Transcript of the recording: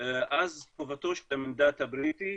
אז המנדט הבריטי